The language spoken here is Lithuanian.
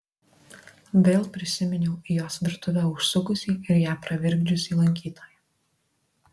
vėl prisiminiau į jos virtuvę užsukusį ir ją pravirkdžiusį lankytoją